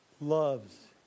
loves